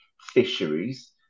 fisheries